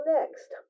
Next